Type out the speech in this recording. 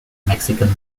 mexican